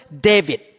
David